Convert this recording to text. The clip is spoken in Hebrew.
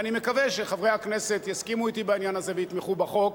ואני מקווה שחברי הכנסת יסכימו אתי בעניין הזה ויתמכו בחוק.